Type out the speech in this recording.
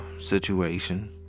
situation